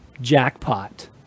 jackpot